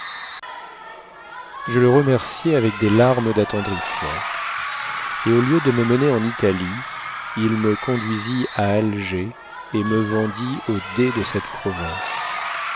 je le remerciai avec des larmes d'attendrissement et au lieu de me mener en italie il me conduisit à alger et me vendit au dey de cette province